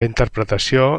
interpretació